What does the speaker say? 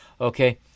Okay